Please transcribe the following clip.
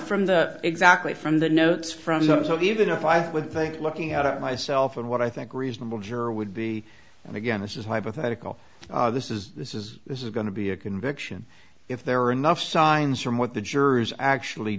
from the exactly from the notes from them so even if i would think looking out at myself and what i think reasonable juror would be and again this is hypothetical this is this is this is going to be a conviction if there are enough science from what the jurors actually